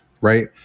right